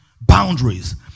Boundaries